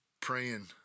praying